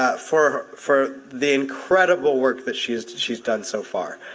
ah for for the incredible work that she's that she's done so far.